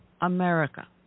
America